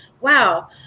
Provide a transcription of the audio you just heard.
wow